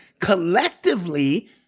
collectively